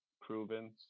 proven